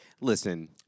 Listen